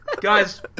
Guys